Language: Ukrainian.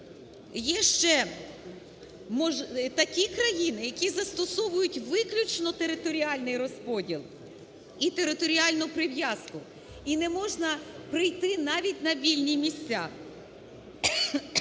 Є ще такі країни, які застосовують виключно територіальний розподіл і територіальну прив'язку, і не можна прийти навіть на вільні місця.